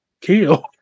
kill